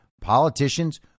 politicians